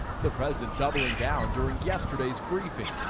the president doubling down during yesterday's briefing.